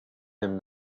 him